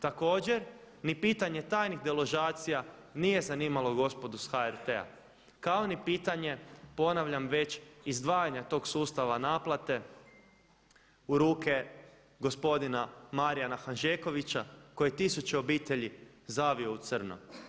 Također ni pitanje tajnih deložacija nije zanimalo gospodo iz HRT-a kao ni pitanje, ponavljam već, izdvajanja tog sustava naplate u ruke gospodina Marijana Hanžekovića koji je tisuće obitelji zavio u crno.